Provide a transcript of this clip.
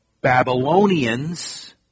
Babylonians